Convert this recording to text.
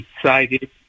excited